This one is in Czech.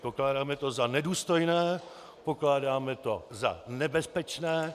Pokládáme to za nedůstojné, pokládáme to za nebezpečné.